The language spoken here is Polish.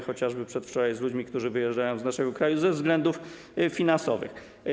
Chociażby przedwczoraj rozmawiałem z ludźmi, którzy wyjeżdżają z naszego kraju ze względów finansowych.